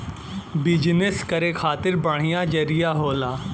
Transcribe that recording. business करे खातिर बढ़िया जरिया होला